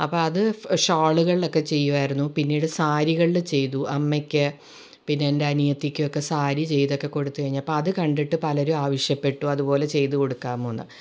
അപ്പോൾ അത് ഷോളുകളിലൊക്കെ ചെയ്യുവായിരുന്നു പിന്നീട് സാരികളില് ചെയ്തു അമ്മയ്ക്ക് പിന്നെ എൻ്റ അനിയത്തിക്കൊക്കെ സാരി ചെയ്തൊക്കെ കൊടുത്തു കഴിഞ്ഞപ്പോൾ അത് കണ്ടിട്ട് പലരും ആവിശ്യപ്പെട്ടു അതുപോലെ ചെയ്തുകൊടുക്കാമോ എന്ന്